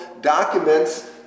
documents